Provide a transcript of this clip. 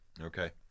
Okay